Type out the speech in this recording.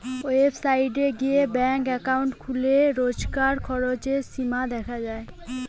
website গিয়ে bank account খুললে রোজকার খরচের সীমা দেখা যায়